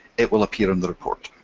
it will appear in the report.